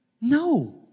No